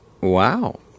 Wow